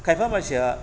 खायफा मानसिआ